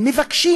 הם מבקשים,